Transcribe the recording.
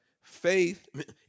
faith